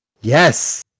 Yes